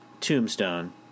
Tombstone